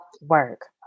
work